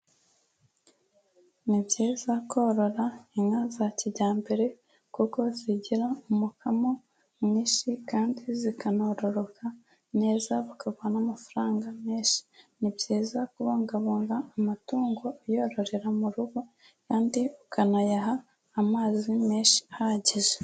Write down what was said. Ni byiza korora inka za kijyambere kuko zigira umukamo mwinshi kandi zikanororoka neza, bakaguha n'amafaranga menshi. Ni byiza kubungabunga amatungo uyororera mu rugo kandi ukanayaha amazi menshi ahagije.